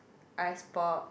ice pop